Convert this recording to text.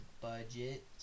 budget